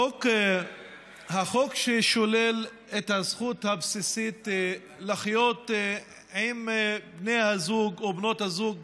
החוק ששולל את הזכות הבסיסית לחיות עם בני הזוג או בנות הזוג